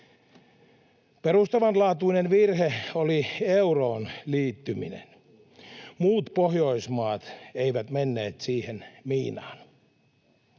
Perustavanlaatuinen virhe oli euroon liittyminen. Muut Pohjoismaat eivät menneet siihen miinaan.